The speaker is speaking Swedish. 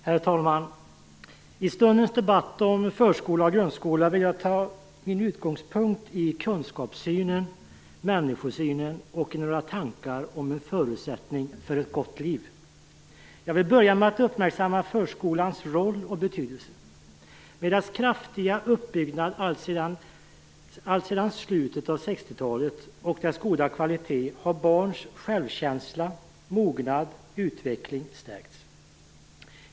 Herr talman! I stundens debatt om förskola och grundskola vill jag ta min utgångspunkt i kunskapssynen, i människosynen och i några tankar om förutsättningen för ett gott liv. Jag vill börja med att uppmärksamma förskolans roll och betydelse. Dess kraftiga uppbyggnad alltsedan slutet av 1960-talet och dess goda kvalitet har lett till att barns självkänsla, mognad och utveckling har stärkts.